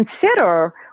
consider